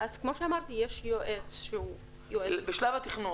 אז כמו שאמרתי, יש יועץ טרמי -- בשלב התכנון?